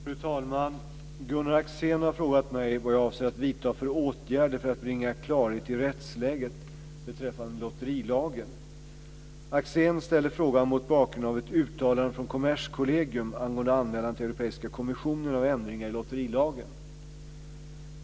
Fru talman! Gunnar Axén har frågat mig vad jag avser att vidta för åtgärder för att bringa klarhet i rättsläget beträffande lotterilagen. Axén ställer frågan mot bakgrund av ett uttalande från Kommerskollegium angående anmälan till Europeiska kommissionen av ändringar i lotterilagen.